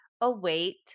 await